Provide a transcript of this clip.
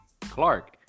Clark